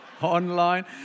online